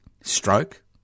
stroke